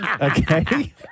Okay